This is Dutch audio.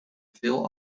veel